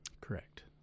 Correct